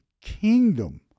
kingdom